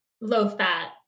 Low-fat